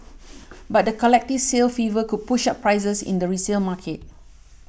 but the collective sale fever could push up prices in the resale market